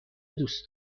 دوست